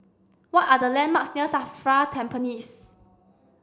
what are the landmarks near SAFRA Tampines